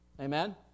Amen